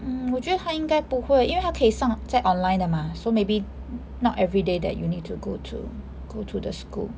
mm 我觉得他应该不会因为他可以上在 online 的 mah so maybe not every day that you need to go to go to the school